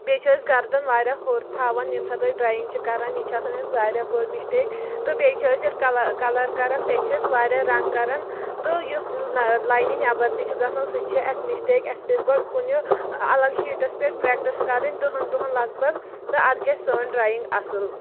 بیٚیہِ چھِ أسۍ گَردَن واریاہ ہُیور تھاوان ییٚمہِ ساتہٕ أسۍ ڈرٛایِنٛگ چھِ کَران یہِ چھِ آسان اَسہِ واریاہ بٔڑ مِسٹیک تہٕ بیٚیہِ چھِ أسۍ ییٚلہِ کَلَر کَلَر کَران تَتہِ چھِ أسۍ واریاہ رنٛگ کَران تہٕ یُس لاینہِ نٮ۪بَر تہِ چھُ گژھان سُہ تہِ چھِ اَسہِ مِسٹیک اَسہِ پَزِ گۄڈٕ کُنہِ الگ شیٖٹَس پٮ۪ٹھ پرٛیکٹِس کَرٕنۍ دہَن دۄہَن لَگ بَگ تہٕ اَتھ گژھِ سٲنۍ ڈرٛایِنٛگ اَصٕل